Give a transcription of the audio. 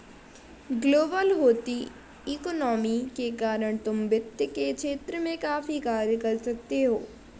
global होती economy के कारण तुम वित्त के क्षेत्र में भी काफी कार्य कर सकते हो